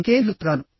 అందుకే నీళ్లు తాగాను